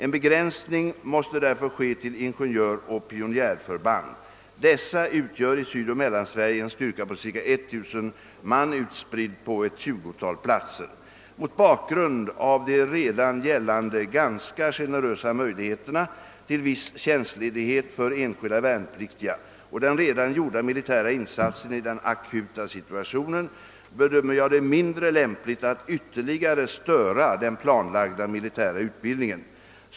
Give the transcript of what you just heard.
En begränsning måste därför ske till ingenjöroch pionjärförband. Dessa utgör i. Sydoch Mellansverige en styrka på ca 1000 man utspridd på ett tjugotal platser. Mot bakgrund av de redan gällande ganska generösa möjligheterna till viss tjänstledighet för enskilda värnpliktiga och den redan gjorda militära insatsen i den akuta situationen bedömer jag det mindre lämpligt att ytterligare störa den planlagda militära utbildningen.